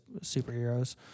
superheroes